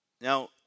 Now